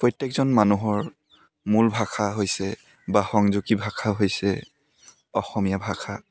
প্ৰত্যেকজন মানুহৰ মূল ভাষা হৈছে বা সংযোগী ভাষা হৈছে অসমীয়া ভাষা